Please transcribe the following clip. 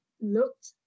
looked